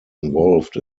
involved